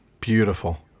Beautiful